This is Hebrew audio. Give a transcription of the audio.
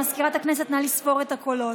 מזכירת הכנסת, נא לספור את הקולות.